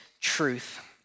truth